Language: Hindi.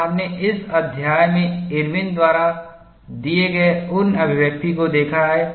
और हमने इस अध्याय में इरविनIrwin's द्वारा दिए गए उन अभिव्यक्ति को देखा है